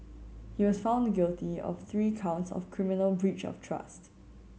he was found guilty of three counts of criminal breach of trust